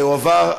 תודה רבה.